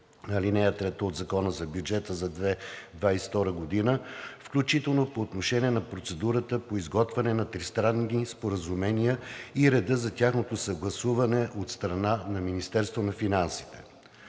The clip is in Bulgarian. бюджет на Република България за 2022 г., включително по отношение на процедурата по изготвяне на тристранни споразумения и реда на тяхното съгласуване от страна на Министерството на финансите.